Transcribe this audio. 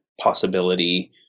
possibility